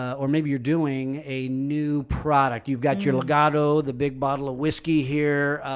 or maybe you're doing a new product, you've got your legato, the big bottle of whiskey here.